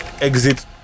exit